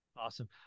Awesome